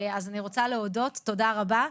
אז אני רוצה להודות, תודה רבה.